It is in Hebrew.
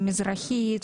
מזרחית,